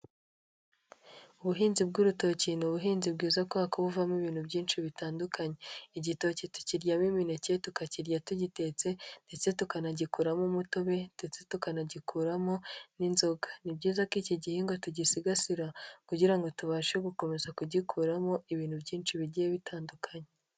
Ubuhinzi bw'urutoki ni ubuhinzi bwiza kubera ko buvamo ibintu byinshi bitandukanye. Igitoki tukiryamo imineke tukakirya tugitetse, ndetse tukanagikuramo umutobe ndetse tukanagikuramo n'inzoga. Ni byiza ko iki gihingwa tugisigasira kugira ngo tubashe gukomeza kugikuramo ibintu byinshi bigiye bitandukanye.